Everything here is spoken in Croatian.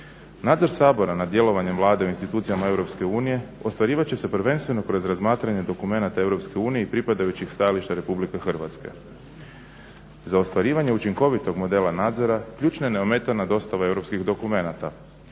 Nadzor Sabora nad djelovanjem Vlade u institucijama Europske unije ostvarivat će se prvenstveno kroz razmatranje dokumenata Europske unije i pripadajućih stajališta Republike Hrvatske. Za ostvarivanje učinkovitog modela nadzora ključna je neometana dostava europskih dokumenata.